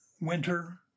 winter